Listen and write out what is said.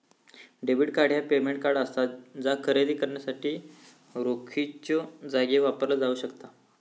debit card ह्या payment card असा जा खरेदी करण्यासाठी रोखीच्यो जागी वापरला जाऊ शकता